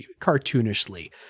cartoonishly